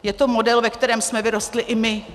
Je to model, ve kterém jsme vyrostli i my.